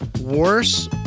worse